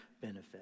benefit